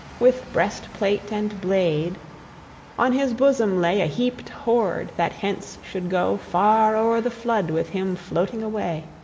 with breastplate and blade on his bosom lay heaped hoard that hence should go far o'er the flood with him floating away.